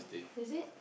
is it